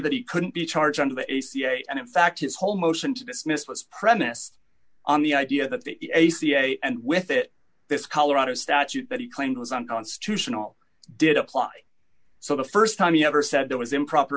that he couldn't be charged under the a cia and in fact his whole motion to dismiss was premised on the idea that the a cia and with it this colorado statute that he claimed was unconstitutional did apply so the st time he ever said there was improper